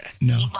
No